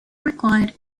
required